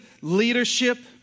leadership